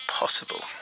possible